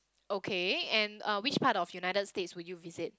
okay and uh which part of United-States would you visit